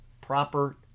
proper